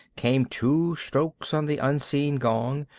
came two strokes on the unseen gong,